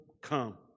come